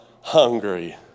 hungry